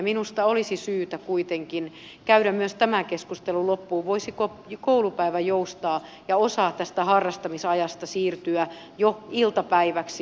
minusta olisi syytä kuitenkin käydä myös tämä keskustelu loppuun voisiko koulupäivä joustaa ja osa tästä harrastamisajasta siirtyä jo iltapäiväksi